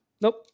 Nope